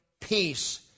peace